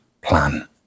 plan